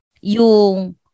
yung